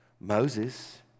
Moses